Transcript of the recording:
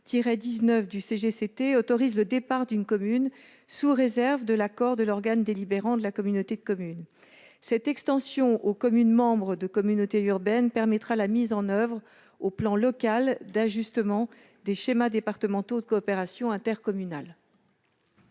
le CGCT, autorise le départ d'une commune, sous réserve de l'accord de l'organe délibérant de la communauté de communes. Cette extension aux communes membres de communautés urbaines permettra la mise en oeuvre, localement, d'ajustements des schémas départementaux de coopération intercommunale.